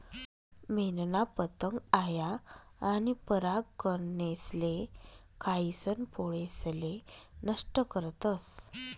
मेनना पतंग आया आनी परागकनेसले खायीसन पोळेसले नष्ट करतस